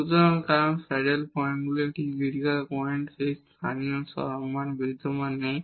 সুতরাং কারণ স্যাডেল পয়েন্টগুলি সেই ক্রিটিকাল পয়েন্ট যেখানে লোকাল ম্যাক্সিমা বিদ্যমান নেই